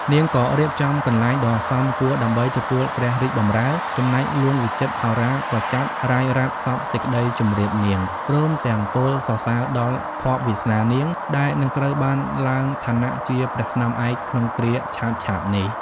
នាងក៏រៀបចំកន្លែងដ៏សមគួរដើម្បីទទួលព្រះរាជបម្រើ ចំណែកហ្លួងវិចិត្រវោហារក៏ចាប់រ៉ាយរ៉ាប់សព្វសេចក្ដីជម្រាបនាង ព្រមទាំងពោលសរសើរដល់ភ័ព្វវាសនានាង ដែលនឹងត្រូវបានឡើងឋានៈជាព្រះស្នំឯកក្នុងគ្រាឆាប់ៗនេះ ។